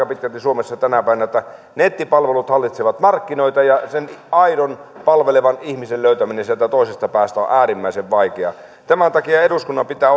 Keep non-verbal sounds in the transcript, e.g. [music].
[unintelligible] pitkälti suomessa tänä päivänä että nettipalvelut hallitsevat markkinoita ja sen aidon palvelevan ihmisen löytäminen sieltä toisesta päästä on on äärimmäisen vaikeaa tämän takia eduskunnan pitää [unintelligible]